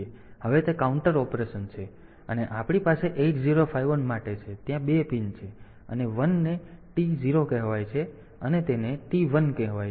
તેથી હવે તે કાઉન્ટ ઓપરેશન છે અને આપણી પાસે 8051 માટે છે ત્યાં 2 પિન છે અને 1 ને T 0 કહેવાય છે અને તેને T 1 કહેવાય છે